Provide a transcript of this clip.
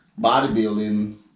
bodybuilding